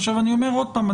עכשיו אני אומר עוד פעם,